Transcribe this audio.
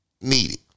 needed